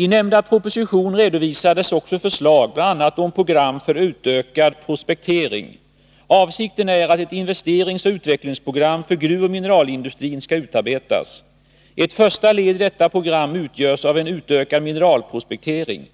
I nämnda proposition redovisades också förslag, bl.a. om program för utökad prospektering. Avsikten är att ett investeringsoch utvecklingsprogram för gruvoch mineralindustrin skall utarbetas. Ett första led i detta program utgörs av en utökad mineralprospektering.